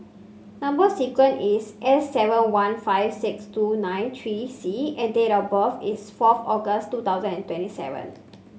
number sequence is S seven one five six two nine three C and date of birth is fourth August two thousand and twenty seven